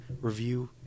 review